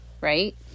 right